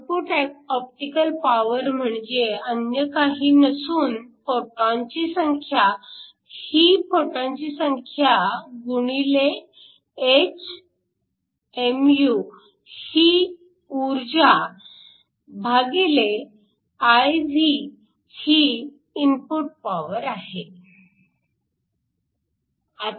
output optical power म्हणजे अन्य काही नसून फोटॉनची संख्या ही फोटॉनची संख्या गुणिले h mu ही ऊर्जा भागिले IV ही इनपुट पॉवर आहे